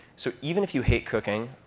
so even if you hate cooking,